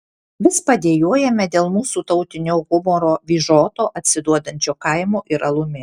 vis padejuojame dėl mūsų tautinio humoro vyžoto atsiduodančio kaimu ir alumi